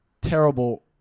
terrible